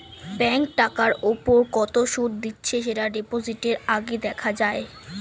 bank টাকার উপর কত সুদ দিচ্ছে সেটা ডিপোজিটের আগে দেখা যায়